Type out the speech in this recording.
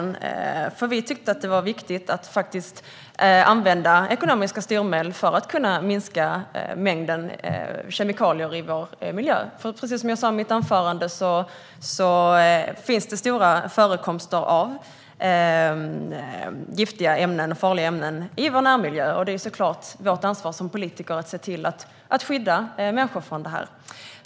Vi tyckte nämligen att det var viktigt att använda ekonomiska styrmedel för att kunna minska mängden kemikalier i vår miljö. Precis som jag sa i mitt anförande finns det stora förekomster av giftiga ämnen, farliga ämnen, i vår närmiljö. Det är såklart vårt ansvar som politiker att se till att skydda människor från detta.